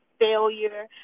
failure